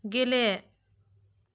गेले